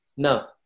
No